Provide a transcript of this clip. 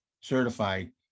certified